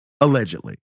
Allegedly